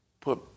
put